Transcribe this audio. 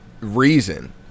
reason